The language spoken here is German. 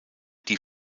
die